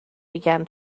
began